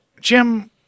Jim